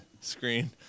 screen